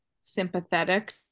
sympathetic